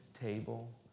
table